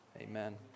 Amen